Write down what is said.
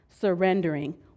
surrendering